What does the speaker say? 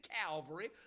Calvary